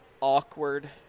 awkward